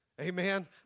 Amen